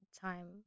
time